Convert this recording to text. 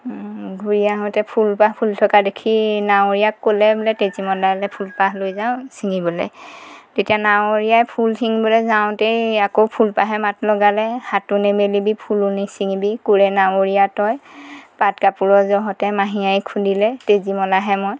ঘূৰি আহোতে ফুলপাহ ফুলি থকা দেখি নাৱৰীয়াক ক'লে বোলে তেজীমলালৈ ফুলপাহ লৈ যাওঁ চিঙিবলৈ তেতিয়া নাৱৰীয়াই ফুল চিঙিবলৈ যাওঁতেই আকৌ ফুলপাহে মাত লগালে হাতো নেমেলিবি ফুলো নিচিঙিবি ক'ৰে নাৱৰীয়া তই পাট কাপোৰৰ জহতে মাহী আই খুন্দিলে তেজীমলাহে মই